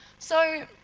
so,